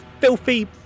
filthy